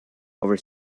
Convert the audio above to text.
over